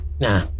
nah